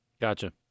Gotcha